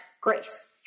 Grace